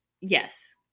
yes